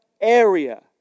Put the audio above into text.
area